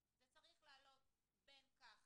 זה צריך לעלות בין כך